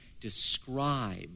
describe